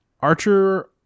Archer